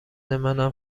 منم